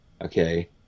okay